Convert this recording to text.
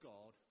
God